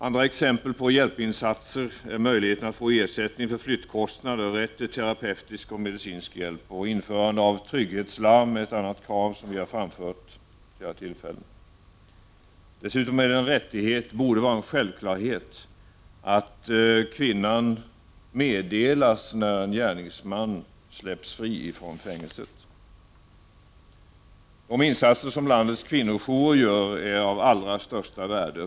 Andra exempel på hjälpinsatser är möjligheterna att få ersättning för flyttkostnader, rätt till terapeutisk och medicinsk hjälp. Införande av trygghetslarm är ett annat krav som vi har framfört vid flera tillfällen. Dessutom är det en rättighet och borde vara en självklarhet att kvinnan meddelas när en gärningsman släpps fri från fängelse. De insatser som landets kvinnojourer gör är av allra största värde.